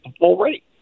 already